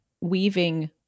weaving